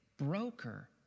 broker